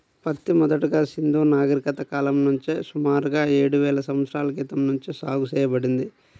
పత్తి మొదటగా సింధూ నాగరికత కాలం నుంచే సుమారుగా ఏడువేల సంవత్సరాల క్రితం నుంచే సాగు చేయబడింది